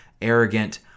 arrogant